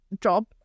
job